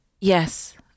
Yes